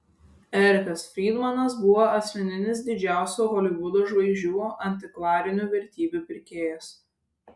erikas frydmanas buvo asmeninis didžiausių holivudo žvaigždžių antikvarinių vertybių pirkėjas